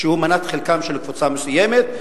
שהוא מנת חלקה של קבוצה מסוימת,